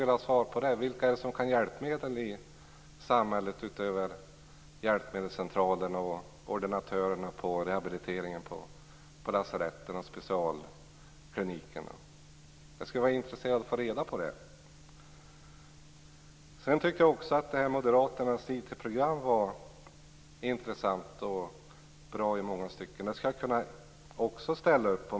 Vilka i samhället är det som kan hjälpmedel utöver hjälpmedelscentralen, ordinatörerna på rehabiliteringen på lasaretten och specialklinikerna? Jag tycker också att Moderaternas IT-program är intressant och bra i många stycken, och jag skulle kunna ställa upp på det.